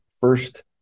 first